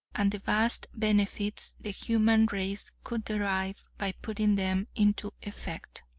and the vast benefits the human race could derive by putting them into effect.